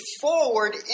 forward